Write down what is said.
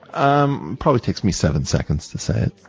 um probably takes me seven seconds to say it.